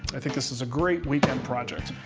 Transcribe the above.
i think this is a great weekend project.